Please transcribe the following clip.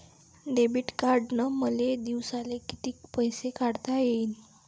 Debit कार्डनं मले दिवसाले कितीक पैसे काढता येईन?